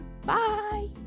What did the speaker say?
Bye